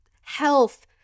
health